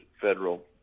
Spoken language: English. Federal